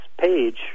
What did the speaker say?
page